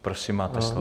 Prosím, máte slovo.